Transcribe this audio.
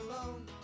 alone